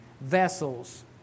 vessels